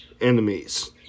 enemies